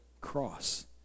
cross